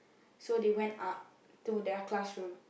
so they went up to their classroom